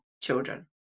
children